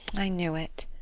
i knew it.